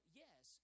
yes